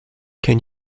can